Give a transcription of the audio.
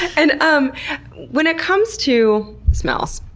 and um when it comes to smells,